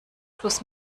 plus